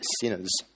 sinners